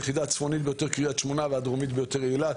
היחידה הצפונית ביותר קריית שמונה והדרומית ביותר היא אילת,